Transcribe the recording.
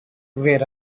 where